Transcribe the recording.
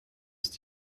ist